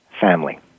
family